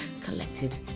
collected